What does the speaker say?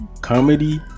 comedy